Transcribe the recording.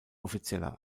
offizieller